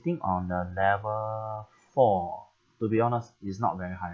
on uh level four to be honest it's not very high